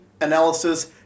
analysis